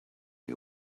you